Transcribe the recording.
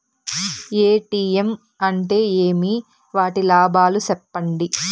ATM అంటే ఏమి? వాటి లాభాలు సెప్పండి